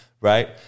Right